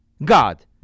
God